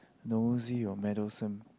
nosy or meddlesome